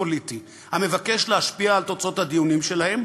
פוליטי המבקש להשפיע על תוצאות הדיונים שלהם,